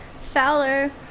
Fowler